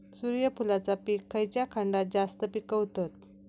सूर्यफूलाचा पीक खयच्या खंडात जास्त पिकवतत?